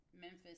Memphis